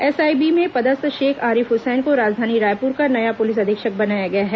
SIB में पदस्थ शेख आरिफ हसैन को राजधानी रायपुर का नया पुलिस अधीक्षक बनाया गया है